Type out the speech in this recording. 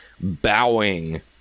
bowing